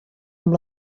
amb